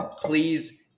please